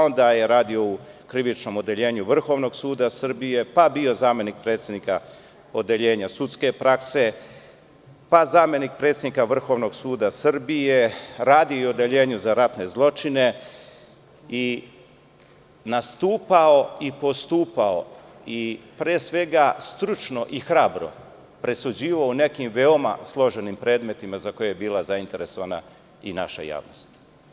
Onda je radio u krivičnom odeljenju Vrhovnog suda Srbije, bio zamenik predsednika odeljenja sudske prakse, pa zamenik predsednika Vrhovnog suda Srbije, radio u odeljenju za ratne zločine, i nastupao i postupao i pre svega stručno i hrabro presuđivao u nekim veoma složenim predmetima za koje je bila zainteresovana i naša javnost.